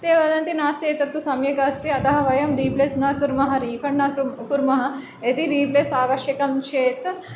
ते वदन्ति नास्ति एतत्तु सम्यकस्ति अतः वयं रीप्लेस् न कुर्मः रीफ़ण्ड् न कुर्मः यदि रीप्लेस् आवश्यकं चेत्